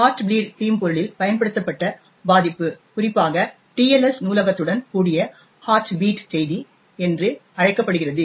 heart pleat தீம்பொருளில் பயன்படுத்தப்பட்ட பாதிப்பு குறிப்பாக TLS நூலகத்துடன் கூடிய ஹார்ட் பீட் செய்தி என்று அழைக்கப்படுகிறது